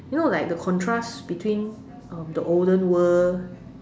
you know like the contrast um between the olden world